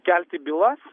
kelti bylas